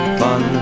fun